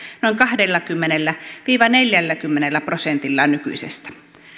noin kahdellakymmenellä viiva neljälläkymmenellä prosentilla nykyisestä